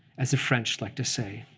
as the french like to say.